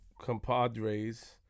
compadres